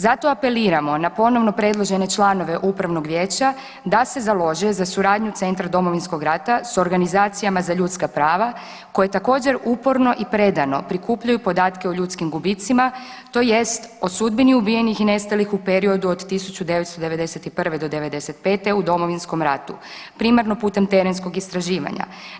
Zato apeliramo na ponovno predložene članove upravnog vijeća da se založe za suradnju Centra Domovinskog rata s organizacijama za ljudska prava koje također uporno i predano prikupljaju podatke o ljudskim gubicima tj. o sudbini ubijenih i nestalih u periodu od 1991.-1995. u Domovinskom ratu, primarno putem terenskog istraživanja.